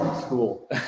school